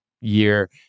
year